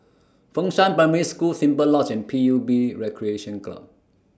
Fengshan Primary School Simply Lodge and P U B Recreation Club